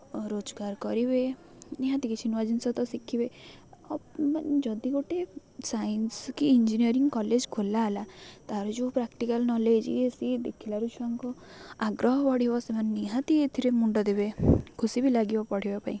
ରୋଜଗାର କରିବେ ନିହାତି କିଛି ନୂଆ ଜିନିଷ ତ ଶିଖିବେ ମାନେ ଯଦି ଗୋଟେ ସାଇନ୍ସ କି ଇଞ୍ଜିନିୟରିଂ କଲେଜ୍ ଖୋଲା ହେଲା ତା'ର ଯେଉଁ ପ୍ରାକ୍ଟିକାଲ୍ ନଲେଜ୍ ଏ ସିଏ ଦେଖିଲାରୁ ଛୁଆଙ୍କୁ ଆଗ୍ରହ ବଢ଼ିବ ସେମାନେ ନିହାତି ଏଥିରେ ମୁଣ୍ଡ ଦେବେ ଖୁସି ବି ଲାଗିବ ପଢ଼ିବା ପାଇଁ